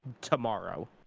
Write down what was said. tomorrow